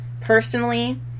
Personally